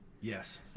Yes